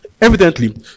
Evidently